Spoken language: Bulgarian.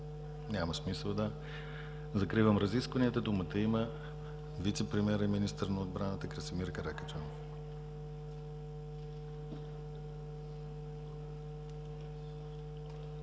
Няма смисъл, да. Закривам разискванията. Думата има вицепремиерът и министър на отбраната Красимир Каракачанов.